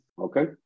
Okay